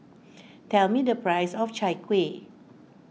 tell me the price of Chai Kueh